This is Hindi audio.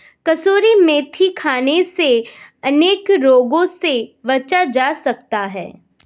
कसूरी मेथी खाने से अनेक रोगों से बचा जा सकता है